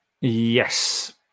Yes